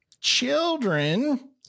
Children